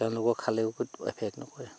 তেওঁলোকৰ খালেও ক'তো এফেক্ট নকৰে